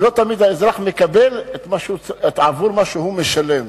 ולא תמיד האזרח מקבל עבור מה שהוא משלם.